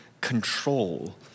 control